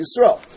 Yisrael